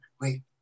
wait